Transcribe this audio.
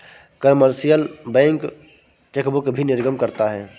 commercial bank chequebook भी निर्गम करता है